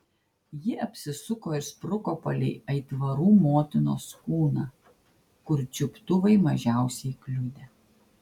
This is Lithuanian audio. ji apsisuko ir spruko palei aitvarų motinos kūną kur čiuptuvai mažiausiai kliudė